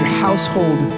household